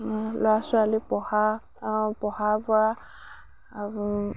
ল'ৰা ছোৱালী পঢ়া পঢ়াৰ পৰা